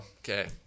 Okay